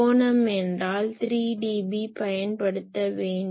கோணம் என்றால் 3 dB பயன்படுத்த வேண்டும்